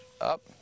Up